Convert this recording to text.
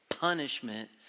punishment